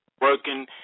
working